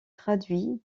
traduit